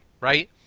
right